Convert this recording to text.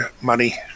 money